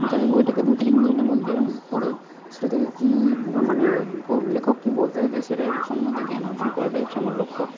যে আমি বইটাকে দু থেকে তিন দিনের মধ্যে পড়ে সেটা থেকে কী মানে লেখক কী বলতে চাইছে সেটার সম্বন্ধে জ্ঞান অর্জন করাটাই হচ্ছে আমার লক্ষ্য